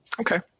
okay